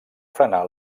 frenar